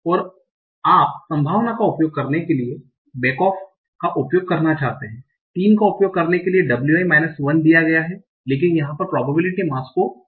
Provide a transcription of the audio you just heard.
और आप संभावना का उपयोग करने के लिए बैक ऑफ का उपयोग करना चाहते हैं तीन का उपयोग करने के लिए wi माइनस 1 दिया गया है लेकिन यहाँ पर probability mass को 1 तक जोड़ रहा है